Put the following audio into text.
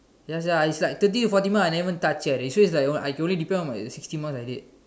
ya sia it's like thirty to forty marks I even never touch eh they say it's like I can only depend on my sixty marks I did